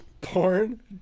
porn